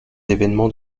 événements